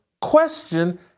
question